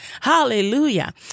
hallelujah